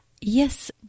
Yes